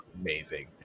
amazing